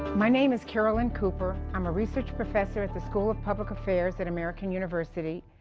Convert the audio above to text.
my name is caroline cooper. i'm a research professor at the school of public affairs at american university,